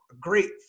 great